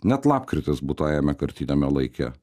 net lapkritis butajame kartiniame laike